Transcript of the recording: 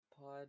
pod